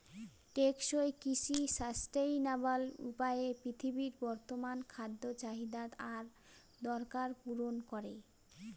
টেকসই কৃষি সাস্টেইনাবল উপায়ে পৃথিবীর বর্তমান খাদ্য চাহিদা আর দরকার পূরণ করে